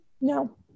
No